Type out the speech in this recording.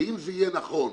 ואם זה יהיה נכון,